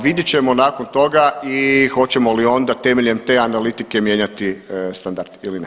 Vidjet ćemo nakon toga i hoćemo li onda temeljem te analitike mijenjati standard ili ne.